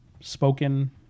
spoken